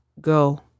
go